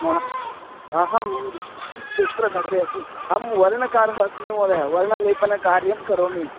म अहं जयपुरनगरे अस्मि अहं वर्णकारः अस्मि महोदय वर्णलेपनकार्यं करोमि